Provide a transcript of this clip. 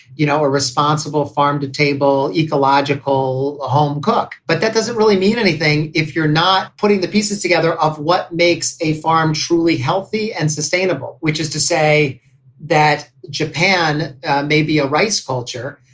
you know, a responsible farm to table ecological, a home cook. but that doesn't really mean anything if you're not putting the pieces together of what makes a farm truly healthy and sustainable, which is to say that japan may be a rice culture,